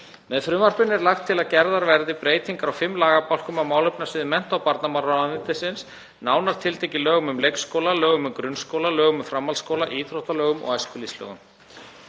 Með frumvarpinu er lagt til að gerðar verði breytingar á fimm lagabálkum á málefnasviði mennta- og barnamálaráðuneytis, nánar tiltekið lögum um leikskóla, lögum um grunnskóla, lögum um framhaldsskóla, íþróttalögum, og æskulýðslögum.